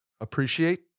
appreciate